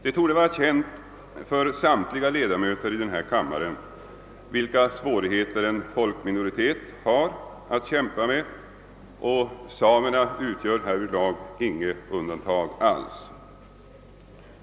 Det torde vara känt för samtliga ledamöter av denna kammare vilka svårigheter en folkminoritet har att kämpa med. Samerna utgör härvidlag inte något undantag.